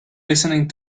listening